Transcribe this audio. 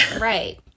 right